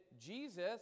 Jesus